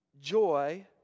joy